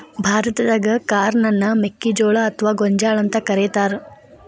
ಭಾರತಾದಾಗ ಕಾರ್ನ್ ಅನ್ನ ಮೆಕ್ಕಿಜೋಳ ಅತ್ವಾ ಗೋಂಜಾಳ ಅಂತ ಕರೇತಾರ